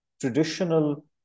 traditional